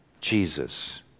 Jesus